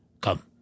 Come